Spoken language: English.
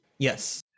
Yes